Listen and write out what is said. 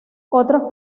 otros